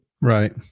Right